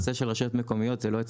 נושא רשויות מקומיות לא אצלי.